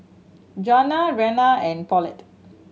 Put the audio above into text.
Johnna Reanna and Paulette